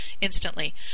instantly